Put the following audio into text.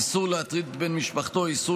איסור להטריד את בן משפחתו ואיסור